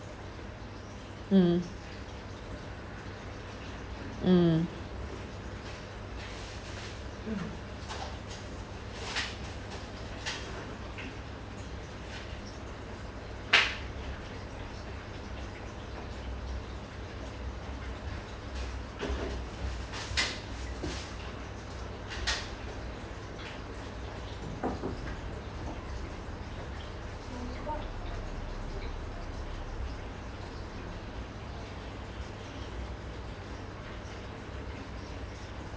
mmhmm mm